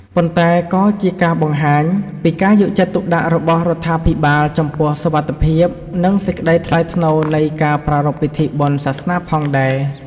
ប៉ុន្តែក៏ជាការបង្ហាញពីការយកចិត្តទុកដាក់របស់រដ្ឋាភិបាល ចំពោះសុវត្ថិភាព និងសេចក្តីថ្លៃថ្នូរនៃការប្រារព្ធពិធីបុណ្យសាសនាផងដែរ។